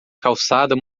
calçada